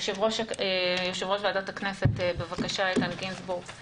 יושב-ראש ועדת הכנסת, איתן גינזבורג, בבקשה.